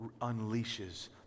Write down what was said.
unleashes